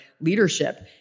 leadership